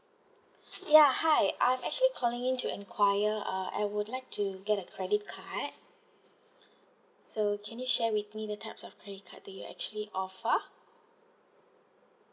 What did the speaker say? ya hi I'm actually calling in to enquire uh I would like to get a credit card so can you share with me the types of credit card that you actually offer